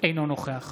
אינו נוכח